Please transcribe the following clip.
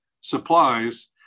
supplies